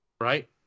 right